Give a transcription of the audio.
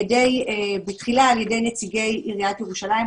בתחילה על ידי נציגי עיריית ירושלים,